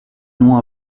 non